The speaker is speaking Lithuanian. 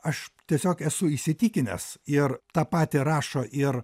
aš tiesiog esu įsitikinęs ir tą patį rašo ir